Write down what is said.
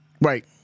Right